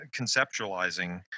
conceptualizing